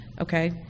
Okay